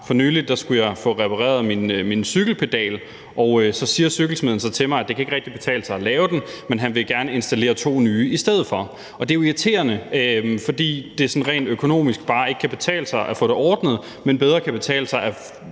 for nylig. Jeg skulle have repareret en cykelpedal, og så siger cykelsmeden til mig, at det ikke rigtig kan betale sig at lave den, men han vil gerne installere to nye i stedet for. Og det er irriterende, fordi det sådan rent økonomisk bare ikke kan betale sig at få det ordnet, men bedre kan betale sig at